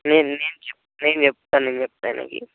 లేదు నేను చెప్తా నేను చెప్తా ఆయనకి